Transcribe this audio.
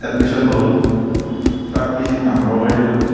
admission হ'ল তাক পিজিত নাম লগাই দিলোঁ